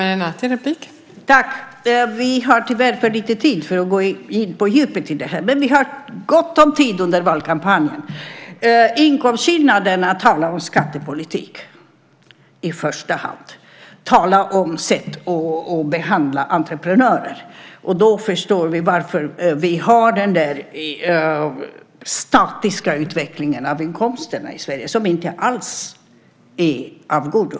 Fru talman! Vi har tyvärr för lite tid för att nu kunna fördjupa oss i det, men vi kommer att ha gott om tid under valkampanjen. Inkomstskillnaderna visar på i första hand skattepolitiken, på sätt att behandla entreprenörer. Då förstår vi också varför vi i Sverige har en så statisk utveckling av inkomsterna, något som inte alls är av godo.